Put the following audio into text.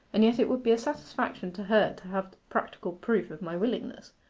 and yet it would be a satisfaction to her to have practical proof of my willingness.